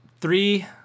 three